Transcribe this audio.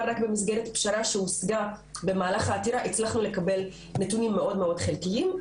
רק במסגרת פשרה שהושגה במהלך העתירה הצלחנו לקבל נתונים מאוד חלקיים.